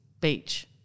beach